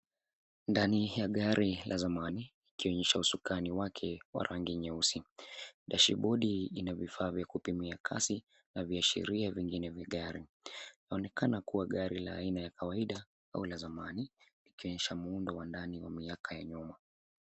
Ndani ya gari la zamani ikionyesha usukani wake wa rangi nyeusi, dashibodi ina vifaa vya kupimia kasi na viashiria vingine vya gari. Inaonekana kua gari la aina ya kawaida au la zamani ikionyesha muundo wa ndani wa miaka ya nyuma.